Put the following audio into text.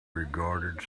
regarded